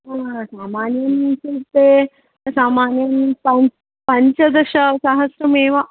हा सामान्यम् इत्युक्ते सामान्यं पञ्च् पञ्चदशसहस्रमेव